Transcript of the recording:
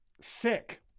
Sick